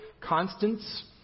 constants